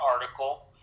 article